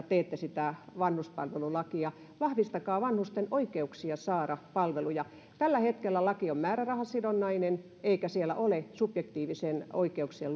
teette sitä vanhuspalvelulakia vahvistakaa vanhusten oikeuksia saada palveluja tällä hetkellä laki on määrärahasidonnainen eikä siellä ole subjektiivisten oikeuksien